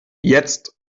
jetzt